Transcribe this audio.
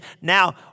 Now